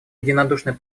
единодушно